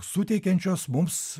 suteikiančios mums